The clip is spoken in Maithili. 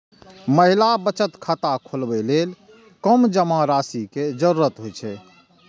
महिला बचत खाता खोलबै लेल कम जमा राशि के जरूरत होइ छै